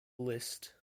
list